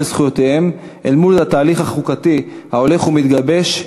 זכויותיהם אל מול התהליך החוקתי ההולך ומתגבש,